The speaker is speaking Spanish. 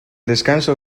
descanso